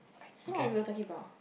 so what we were talking about